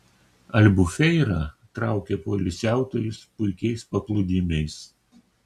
albufeira traukia poilsiautojus puikiais paplūdimiais